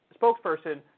spokesperson